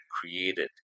created